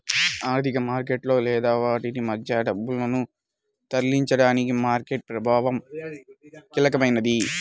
ఆర్థిక మార్కెట్లలో లేదా వాటి మధ్య డబ్బును తరలించడానికి మార్కెట్ ప్రభావం కీలకమైనది